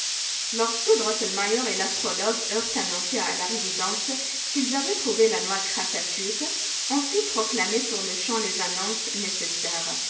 lorsque drosselmeier et l'astrologue eurent annoncé à la résidence qu'ils avaient trouvé la noix krakatuk on fit proclamer sur-le-champ les annonces nécessaires